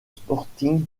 sporting